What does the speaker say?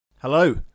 Hello